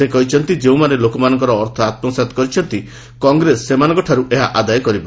ସେ କହିଛନ୍ତି ଯେଉଁମାନେ ଲୋକମାନଙ୍କର ଅର୍ଥ ଆତ୍କସାତ କରିଛନ୍ତି କଂଗ୍ରେସ ସେମାନଙ୍କଠାରୁ ଏହା ଆଦାୟ କରିବ